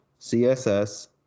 CSS